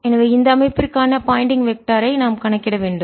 எனவே இந்த அமைப்பிற்கான பாயிண்டிங் வெக்டர் திசையன் ஐ நாம் கணக்கிட வேண்டும்